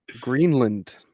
Greenland